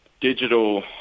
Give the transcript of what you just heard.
digital